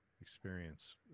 experience